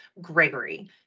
Gregory